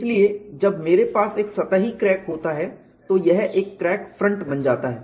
इसलिए जब मेरे पास एक सतही क्रैक होता है तो यह एक क्रैक फ्रंट बन जाता है